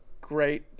great